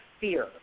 fear